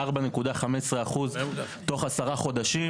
4.15 אחוזים תוך עשרה חודשים.